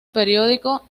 periódico